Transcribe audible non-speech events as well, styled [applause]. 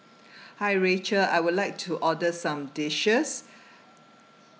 [breath] hi rachel I would like to order some dishes